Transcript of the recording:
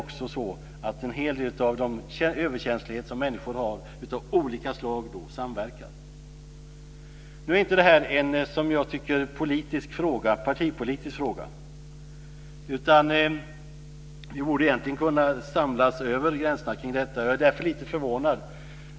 Ofta samverkar då en hel del av de överkänsligheter av olika slag som människor har. Nu tycker inte jag att det här är en partipolitisk fråga. Vi borde egentligen kunna samlas över gränserna kring detta. Jag är därför lite förvånad.